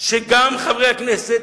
שגם חברי הכנסת,